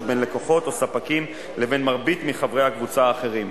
בין לקוחות או ספקים לבין מרבית חברי הקבוצה האחרים.